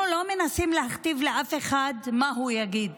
אנחנו לא מנסים להכתיב לאף אחד מה הוא יגיד.